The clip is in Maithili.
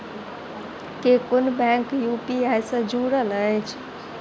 केँ कुन बैंक यु.पी.आई सँ जुड़ल अछि?